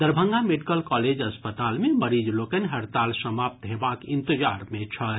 Darbhanga medical college अस्पताल मे मरीज लोकनि हड़ताल समाप्त हेबाक इंतजार मे छथि